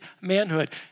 manhood